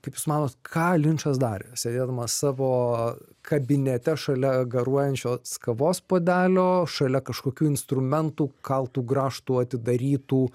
kaip jūs manot ką linčas darė sėdėdamas savo kabinete šalia garuojančios kavos puodelio šalia kažkokių instrumentų kaltų grąžtų atidarytų